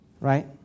right